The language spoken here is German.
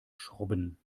schrubben